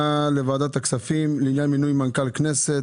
לוועדת הכספים לעניין מינוי מנהלים כללים לכנסת,